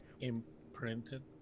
imprinted